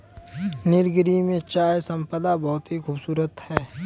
नीलगिरी में चाय संपदा बहुत ही खूबसूरत है